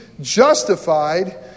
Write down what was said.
justified